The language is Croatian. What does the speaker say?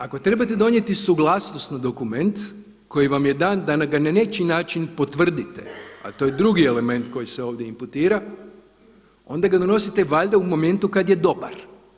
Ako trebate donijeti suglasnosni dokument koji vam je dan da ga na … način potvrdite, a to je drugi element koji se ovdje inputira onda ga donosite valjda u momentu kada je dobar.